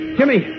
Jimmy